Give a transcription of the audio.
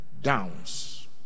downs